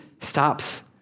stops